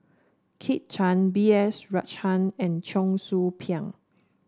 Kit Chan B S Rajhan and Cheong Soo Pieng